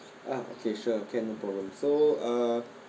ah okay sure can no problem so uh